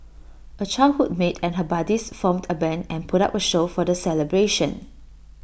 A childhood mate and her buddies formed A Band and put up A show for the celebration